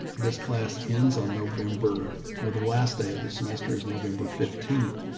this class ends on november. well, the last day of the semester is november fifteenth.